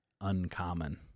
uncommon